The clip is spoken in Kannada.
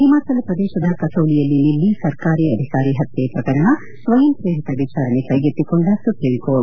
ಹಿಮಾಚಲ ಪ್ರದೇಶದ ಕಸೌಲಿಯಲ್ಲಿ ನಿನ್ನೆ ಸರ್ಕಾರಿ ಅಧಿಕಾರಿ ಹತ್ತೆ ಪ್ರಕರಣ ಸ್ವಯಂ ಪ್ರೇರಿತ ವಿಚಾರಣೆ ಕೈಗೆತ್ತಿಕೊಂಡ ಸುಪ್ರೀಂ ಕೋರ್ಟ್